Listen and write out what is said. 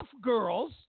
girls